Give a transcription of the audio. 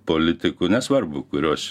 politikų nesvarbu kurios